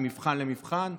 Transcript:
ממבחן למבחן.